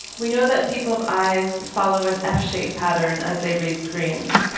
we know that people's eyes follow an f shaped pattern as they read screens.